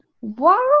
Wow